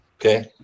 Okay